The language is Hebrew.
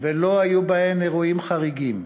ולא היו בהן אירועים חריגים,